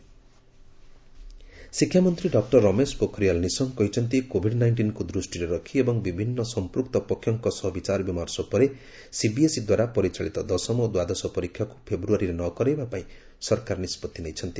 CBSE board exam ଶିକ୍ଷାମନ୍ତ୍ରୀ doctor Ramesh Pokhriyal Nishank କହିଛନ୍ତି Covid ନାଇଷ୍ଟିନ୍କୁ ଦୃଷ୍ଟିରେ ରଖି ଏବଂ ବିଭିନ୍ନ ସମ୍ପୃକ୍ତ ପକ୍ଷଙ୍କ ସହ ବିଚାରବିମର୍ଷ ପରେ ସିବିଏସ୍ଇ ଦ୍ୱାରା ପରିଚାଳିତ ଦଶମ ଓ ଦ୍ୱାଦଶ ପରୀକ୍ଷାକୁ ଫେବୃୟାରୀରେ ନ କରାଇବା ପାଇଁ ସରକାର ନିଷ୍ପଭି ନେଇଛନ୍ତି